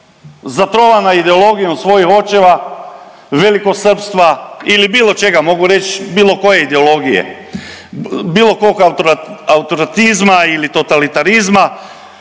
zatrovana ideologijom svojih očeva velikosrpstva ili bilo čega mogu reći bilo koje ideologije, bilo kog autoritizma ili totalitarizma